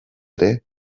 ere